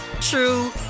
true